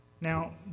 Now